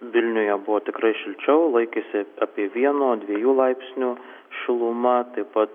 vilniuje buvo tikrai šilčiau laikėsi apie vieno dviejų laipsnių šiluma taip pat